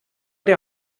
der